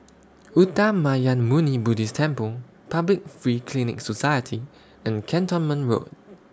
Uttamayanmuni Buddhist Temple Public Free Clinic Society and Cantonment Road